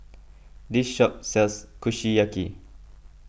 this shop sells Kushiyaki